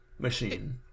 Machine